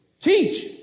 Teach